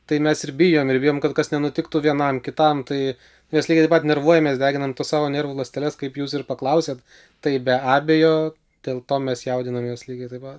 tai mes ir bijom ir bijom kad kas nenutiktų vienam kitam tai mes lygiai taip pat nervuojamės deginam savo nervų ląsteles kaip jūs ir paklausėt tai be abejo dėl to mes jaudinamės lygiai taip pat